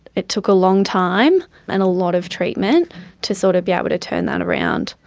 it took a long time and a lot of treatment to sort of be able to turn that around.